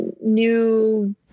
new